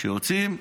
כשיוצאים,